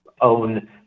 own